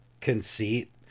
conceit